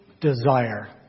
desire